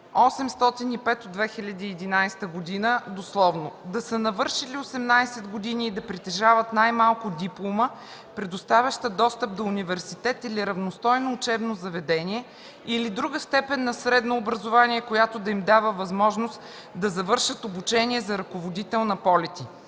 805 от 2011 г., дословно: „да са навършили 18 години и да притежават най-малко диплома, предоставяща достъп до университет или равностойно учебно заведение, или друга степен на средно образование, която да им дава възможност да завършат обучение за ръководител на полети”.